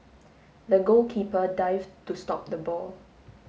the goalkeeper dived to stop the ball